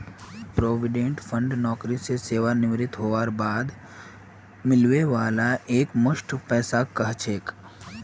provident fund नौकरी स सेवानृवित हबार बाद मिलने वाला एकमुश्त पैसाक कह छेक